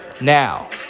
Now